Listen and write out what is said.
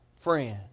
friend